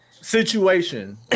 Situation